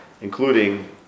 including